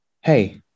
hey